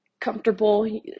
comfortable